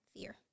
fear